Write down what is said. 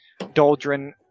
Doldrin